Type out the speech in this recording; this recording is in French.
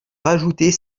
rajouter